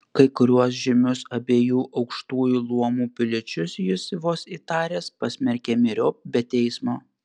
kai kuriuos žymius abiejų aukštųjų luomų piliečius jis vos įtaręs pasmerkė myriop be teismo